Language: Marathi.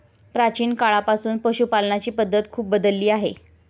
प्राचीन काळापासून पशुपालनाची पद्धत खूप बदलली आहे